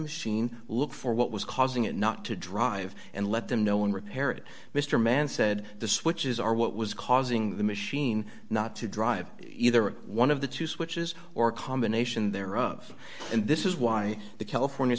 machine look for what was causing it not to drive and let them know and repair it mr mann said the switches are what was causing the machine not to drive either one of the two switches or combination thereof and this is why the california